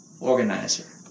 organizer